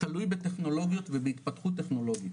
תלוי בטכנולוגיות ובהתפתחות טכנולוגית.